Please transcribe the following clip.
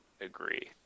agree